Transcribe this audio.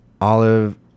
olive